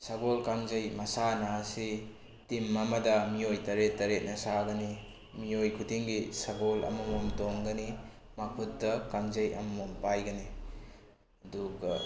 ꯁꯒꯣꯜ ꯀꯥꯡꯖꯩ ꯃꯁꯥꯟꯅ ꯑꯁꯤ ꯇꯤꯝ ꯑꯃꯗ ꯃꯤꯑꯣꯏ ꯇꯔꯦꯠ ꯇꯔꯦꯠꯅ ꯁꯥꯒꯅꯤ ꯃꯤꯑꯣꯏ ꯈꯨꯗꯤꯡꯒꯤ ꯁꯒꯣꯜ ꯑꯃꯃꯝ ꯇꯣꯡꯒꯅꯤ ꯃꯈꯨꯠꯇ ꯀꯥꯡꯖꯩ ꯑꯃꯃꯝ ꯄꯥꯏꯒꯅꯤ ꯑꯗꯨꯒ